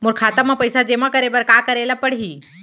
मोर खाता म पइसा जेमा करे बर का करे ल पड़ही?